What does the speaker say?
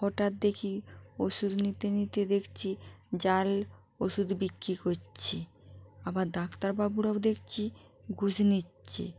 হঠাৎ দেখি ওষুধ নিতে নিতে দেখছি জাল ওষুধ বিক্রি করছে আবার দাক্তারবাবুরাও দেখছি ঘুষ নিচ্ছে